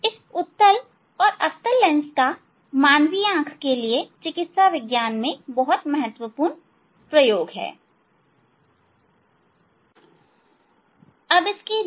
इस उत्तल लेंस और अवतल लेंस का मानवीय आंख के लिए चिकित्सा विज्ञान में बहुत महत्वपूर्ण प्रयोग है